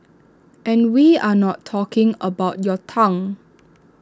and we are not talking about your tongue